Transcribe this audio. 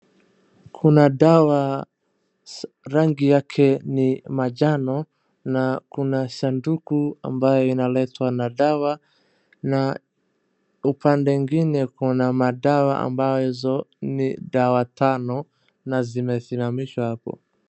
Kuna dawa rangi yake ni manjano na kuna sanduku ambayo inaletwa na dawa na upande ingine kuna madawa ambazo ni dawa tano na zimesimamishwa hapo.